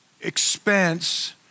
expense